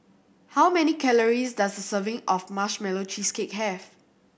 how many calories does a serving of Marshmallow Cheesecake have